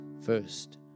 first